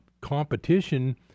competition